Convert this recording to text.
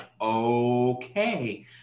okay